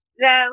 No